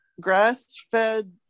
grass-fed